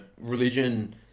religion